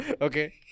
okay